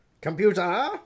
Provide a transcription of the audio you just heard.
Computer